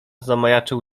zamajaczył